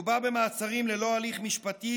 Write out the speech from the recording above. מדובר במעצרים ללא הליך משפטי,